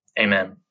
Amen